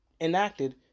enacted